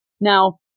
Now